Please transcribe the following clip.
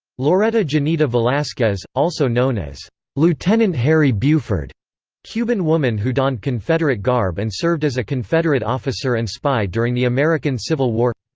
loreta janeta velazquez, also known as lieutenant harry buford cuban woman who donned confederate garb and served as a confederate officer and spy during the american civil war